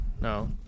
no